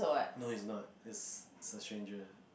no is not it's a stranger